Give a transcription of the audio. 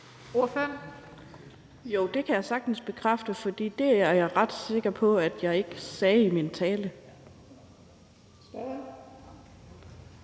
(EL): Jo, det kan jeg sagtens bekræfte, for det er jeg ret sikker på at jeg ikke sagde i min tale.